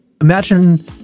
Imagine